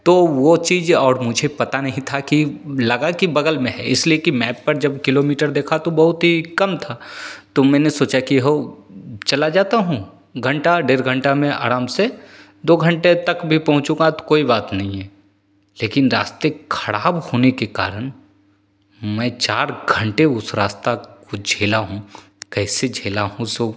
तो वह चीज़ और मुझे पता नहीं था कि लगा कि बगल में है इसलिए की मैप पर जब किलोमीटर देखा तो बहुत ही कम था तो मैंने सोचा कि हौ चला जाता हूँ घन्टा डेढ़ घन्टा में आराम से दो घन्टे तक भी पहुँचूँगा तो कोई बात नहीं है लेकिन रास्ता खराब होने के कारण मैं चार घन्टे उस रास्ता को झेला हूँ कैसे झेला हूँ सो